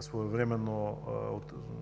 своевременно